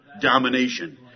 domination